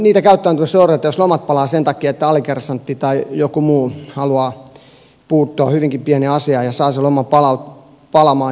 minä ymmärrän niitä käyttäytymisoireita jos lomat palavat sen takia että alikersantti tai joku muu haluaa puuttua hyvinkin pieneen asiaan ja saa sen loman palamaan